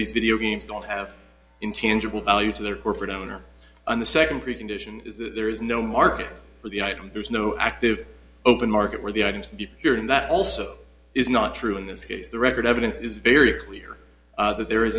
these video games don't have intangible value to their corporate owner on the second precondition there is no market for the item there's no active open market where the i didn't hear and that also is not true in this case the record evidence is very clear that there is